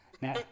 now